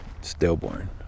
stillborn